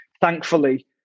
thankfully